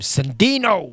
Sandino